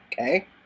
Okay